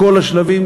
בכל השלבים,